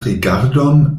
rigardon